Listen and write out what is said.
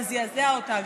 זה זעזעה אותה,